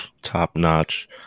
top-notch